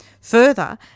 Further